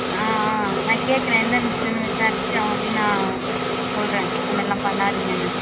ஆ ஆ நான் கேட்குறேன் எந்த மிஸ்ஸுன்னு விசாரித்து அவங்கள்ட்டியும் நான் சொல்கிறேன் இந்தமாதிரியெல்லாம் பண்ணாதீங்கன்னு